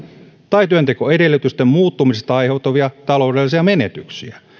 tai työntekoedellytysten muuttumisesta aiheutuvia taloudellisia menetyksiä